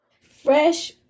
fresh